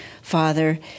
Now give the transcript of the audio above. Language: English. Father